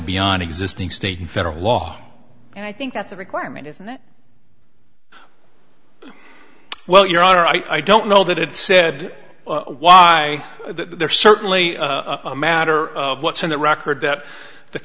beyond existing state and federal law and i think that's a requirement isn't it well your honor i don't know that it said why there are certainly a matter of what's in the record that the